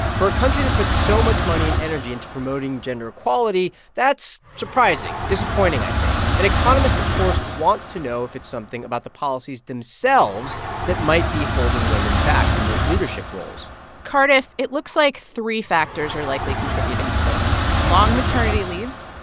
for a country that puts so much money and energy into promoting gender equality, that's surprising disappointing, i think. and economists of course want to know if it's something about the policies themselves that might be holding women back from those leadership roles cardiff, it looks like three factors are likely contributing to this long maternity leaves,